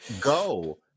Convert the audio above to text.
Go